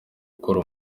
gukora